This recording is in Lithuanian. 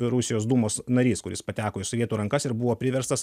rusijos dūmos narys kuris pateko į sovietų rankas ir buvo priverstas